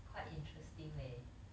quite interesting leh